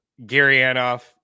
garyanoff